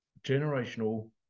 Generational